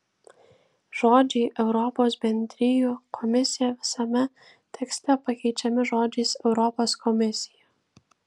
žodžiai europos bendrijų komisija visame tekste pakeičiami žodžiais europos komisija